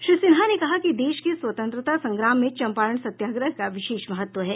श्री सिन्हा ने कहा कि देश के स्वतंत्रता संग्राम में चंपारण सत्याग्रह का विशेष महत्त्व है